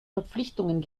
verpflichtungen